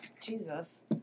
Jesus